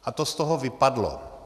A to z toho vypadlo.